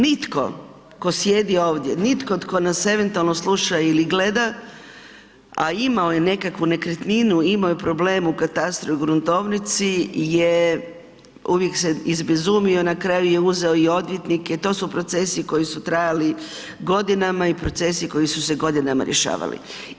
Nitko tko sjedi, nitko tko nas eventualno sluša ili gleda, a imao je nekakvu nekretninu, imao je problem u katastru i gruntovnici je uvijek se izbezumio, na kraju je uzeo i odvjetnike, to su procesi koji su trajali godinama i procesi koji su se godinama rješavali.